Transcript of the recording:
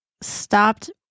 stopped